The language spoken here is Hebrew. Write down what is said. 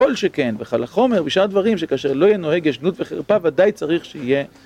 כל שכן וקל החומר ושאר הדברים שכאשר לא ינוהג יש גנות וחרפה ודאי צריך שיהיה